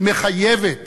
מחייבת